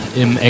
im